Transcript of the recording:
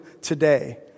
today